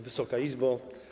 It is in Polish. Wysoka Izbo!